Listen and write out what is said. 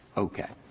okay.